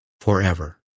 forever